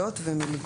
שלאחריו.